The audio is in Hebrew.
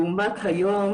לאומת היום,